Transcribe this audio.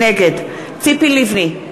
נגד ציפי לבני,